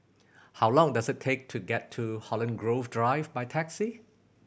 how long does it take to get to Holland Grove Drive by taxi